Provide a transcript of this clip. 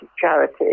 charity